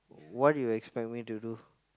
what you expect me to do